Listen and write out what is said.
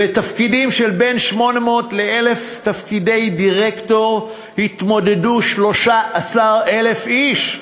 על בין 800 ל-1,000 תפקידי דירקטור התמודדו 13,000 איש.